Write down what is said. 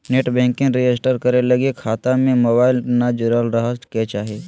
net banking register करे लगी खता में मोबाईल न जुरल रहइ के चाही